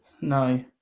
No